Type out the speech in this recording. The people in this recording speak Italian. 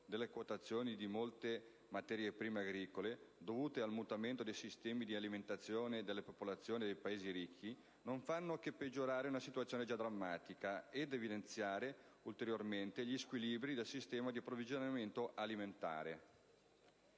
delle quotazioni di molte materie prime agricole, dovuto al mutamento dei sistemi di alimentazione delle popolazioni dei Paesi ricchi, non fanno che peggiorare una situazione già drammatica ed evidenziare ulteriormente gli squilibri del sistema di approvvigionamento alimentare.